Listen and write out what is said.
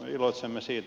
iloitsemme siitä